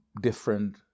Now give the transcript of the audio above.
different